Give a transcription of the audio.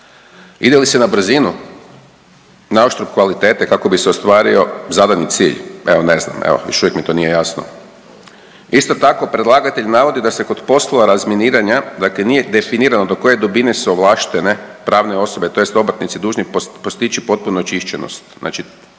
Ide li se na brzinu, na uštrb kvalitete kako bi se ostvario zadani cilj. Evo ne znam, evo još uvijek mi to nije jasno. Isto tako predlagatelj navodi da se kod poslova razminiranja, dakle nije definirano do koje dubine su ovlaštene pravne osobe, tj. obrtnici dužni dužni postići potpunu očišćenost.